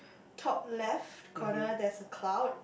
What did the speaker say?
top left corner there's a cloud